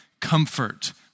comfort